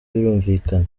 birumvikana